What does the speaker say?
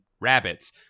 rabbits